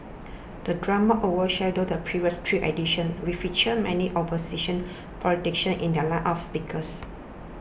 the drama overshadowed the previous three editions featured many opposition politicians in their lineup of speakers